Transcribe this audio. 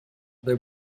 there